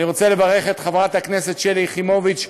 אני רוצה לברך את חברת שלי יחימוביץ,